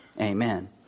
amen